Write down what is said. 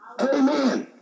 Amen